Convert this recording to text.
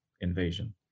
invasion